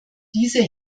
diese